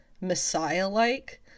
Messiah-like